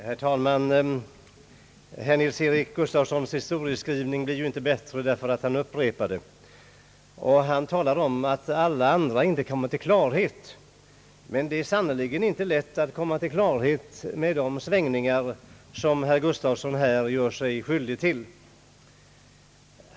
Herr talman! Herr Nils-Eric Gustafssons historieskrivning blir inte bättre därför att han upprepar den. Han talade om att »alla andra inte kom till klarhet». Men det är sannerligen inte lätt att komma till klarhet med de svängningar herr Gustafsson här ägnar sig åt.